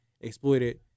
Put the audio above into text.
exploited